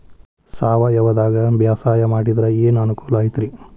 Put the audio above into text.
ಸಾವಯವದಾಗಾ ಬ್ಯಾಸಾಯಾ ಮಾಡಿದ್ರ ಏನ್ ಅನುಕೂಲ ಐತ್ರೇ?